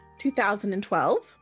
2012